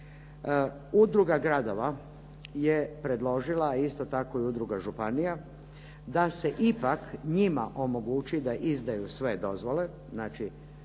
Udruga gradova je predložila a isto tako i udruga županija da se ipak njima omogući da izdaju sve dozvole, znači